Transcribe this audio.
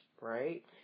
right